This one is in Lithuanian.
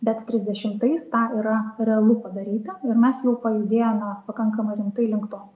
bet trisdešimais tą yra realu padaryti ir mes jau pajudėjome pakankamai rimtai link to